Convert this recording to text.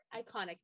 iconic